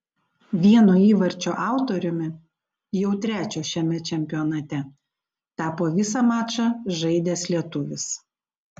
vieno įvarčio autoriumi jau trečio šiame čempionate tapo visą mačą žaidęs lietuvis